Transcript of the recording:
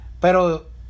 Pero